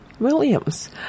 Williams